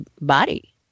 body